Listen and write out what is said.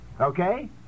okay